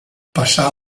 passà